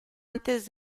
antes